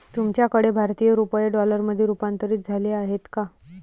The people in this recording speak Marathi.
तुमच्याकडे भारतीय रुपये डॉलरमध्ये रूपांतरित झाले आहेत का?